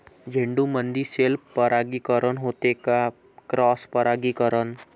झेंडूमंदी सेल्फ परागीकरन होते का क्रॉस परागीकरन?